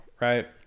right